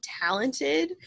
talented